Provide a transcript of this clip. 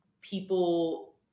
people